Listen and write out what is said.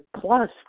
plus